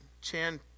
Chan